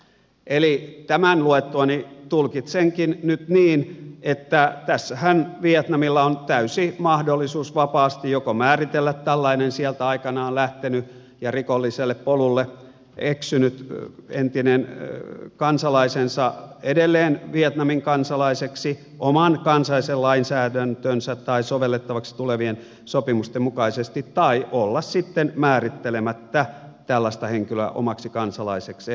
eli tämän luettuani tulkitsenkin nyt niin että tässähän vietnamilla on täysi mahdollisuus vapaasti joko määritellä tällainen sieltä aikanaan lähtenyt ja rikolliselle polulle eksynyt entinen kansalaisensa edelleen vietnamin kansalaiseksi oman kansallisen lainsäädäntönsä tai sovellettavaksi tulevien sopimusten mukaisesti tai olla sitten määrittelemättä tällaista henkilöä omaksi kansalaisekseen